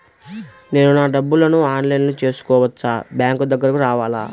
నేను నా డబ్బులను ఆన్లైన్లో చేసుకోవచ్చా? బ్యాంక్ దగ్గరకు రావాలా?